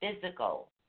physical